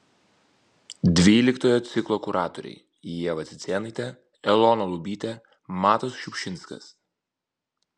dvyliktojo ciklo kuratoriai ieva cicėnaitė elona lubytė matas šiupšinskas